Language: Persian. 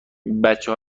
بچه